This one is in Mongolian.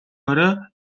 орой